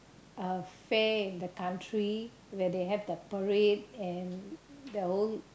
a fair in the country where they have the parade and the whole